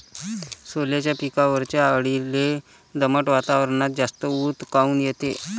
सोल्याच्या पिकावरच्या अळीले दमट वातावरनात जास्त ऊत काऊन येते?